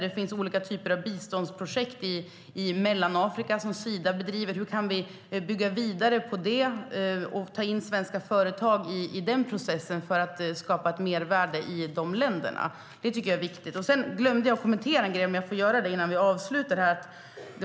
Det finns till exempel olika typer av biståndsprojekt som Sida driver i Mellanafrika - hur kan vi bygga vidare på det och ta in svenska företag i den processen för att skapa ett mervärde i de länderna? Det tycker jag är viktigt. Jag glömde att kommentera en grej, och jag hoppas att jag får göra det innan vi avslutar här.